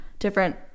different